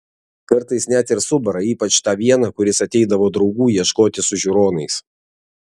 kartais net ir subara ypač tą vieną kuris ateidavo draugų ieškoti su žiūronais